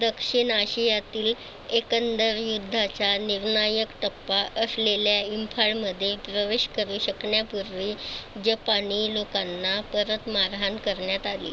दक्षिण आशियातील एकंदर युद्धाचा निर्णायक टप्पा असलेल्या इम्फाळमध्ये प्रवेश करु शकण्यापूर्वी जपानी लोकांना परत मारहाण करण्यात आली